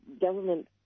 government